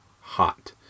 hot